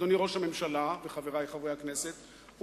אדוני ראש הממשלה וחברי חברי הכנסת,